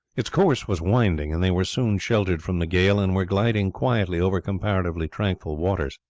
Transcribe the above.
its course was winding and they were soon sheltered from the gale and were gliding quietly over comparatively tranquil water.